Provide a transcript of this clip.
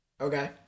okay